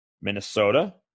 Minnesota